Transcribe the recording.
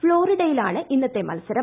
ഫ്ളോറിഡയിലാണ് ഇന്നത്തെ മൽസരം